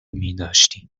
میداشتیم